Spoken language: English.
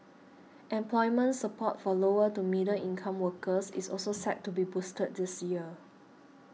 employment support for lower to middle income workers is also set to be boosted this year